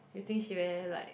you think she very like